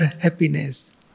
happiness